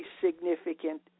significant